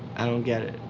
i don't get it,